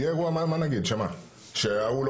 שההוא לא